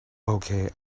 okay